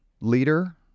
leader